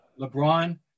LeBron